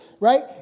Right